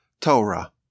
Torah